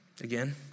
again